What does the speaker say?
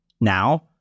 Now